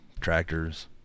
Tractors